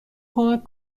کمک